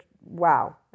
wow